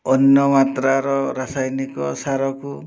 ଅନ୍ୟ ମାତ୍ରାର ରାସାୟନିକ ସାରକୁ